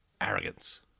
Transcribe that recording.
arrogance